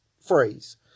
phrase